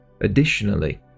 Additionally